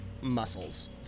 muscles